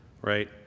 right